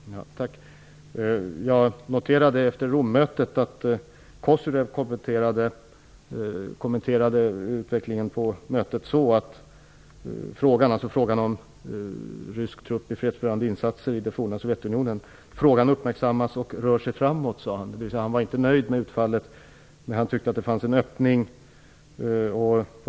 Fru talman! Jag noterade efter Rom-mötet att Kozyrev kommenterade utvecklingen på mötet så att frågan -- om rysk trupp för fredsbevarande insatser i det forna Sovjetunionen -- uppmärksammas och rör sig framåt. Han var med andra ord inte nöjd med utfallet, men han tyckte att det fanns en öppning.